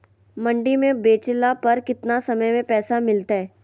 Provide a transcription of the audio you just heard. मंडी में बेचला पर कितना समय में पैसा मिलतैय?